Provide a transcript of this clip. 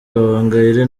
gahongayire